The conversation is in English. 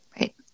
Right